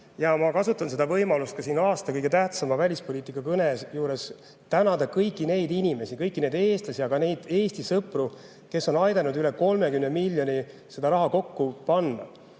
Ma kasutan seda võimalust ja siin aasta kõige tähtsama välispoliitikakõne juures tänan ka kõiki neid inimesi, kõiki neid eestlasi, aga neid Eesti sõpru, kes on aidanud üle 30 miljoni kokku panna.